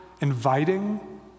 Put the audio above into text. inviting